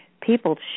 people